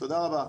תודה רבה.